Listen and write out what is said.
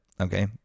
okay